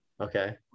okay